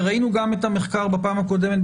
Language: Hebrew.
וראינו גם את המחקר בפעם הקודמת,